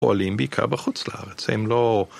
פועלים בעיקר בחוץ לארץ, הם לא...